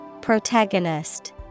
Protagonist